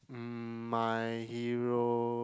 mm my hero